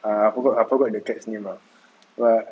err forgot I forgot the cats name lah but